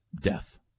death